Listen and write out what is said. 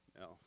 No